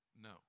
No